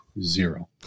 Zero